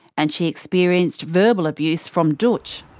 and she experienced verbal abuse from dootch.